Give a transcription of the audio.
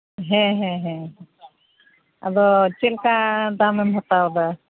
ᱦᱮᱸ ᱦᱮᱸ ᱦᱮᱸ ᱟᱫᱚ ᱪᱮᱫᱞᱮᱠᱟ ᱫᱟᱢᱮᱢ ᱦᱟᱛᱟᱣ ᱮᱫᱟ